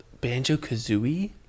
Banjo-Kazooie